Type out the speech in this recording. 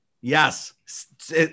Yes